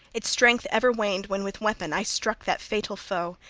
its strength ever waned, when with weapon i struck that fatal foe,